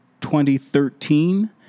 2013